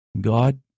God